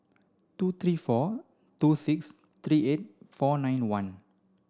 two three four two six three eight four nine one